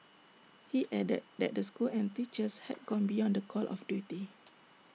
he added that the school and teachers had gone beyond the call of duty